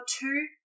two